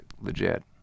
legit